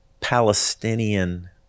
Palestinian